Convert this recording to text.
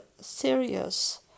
serious